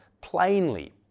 plainly